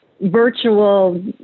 virtual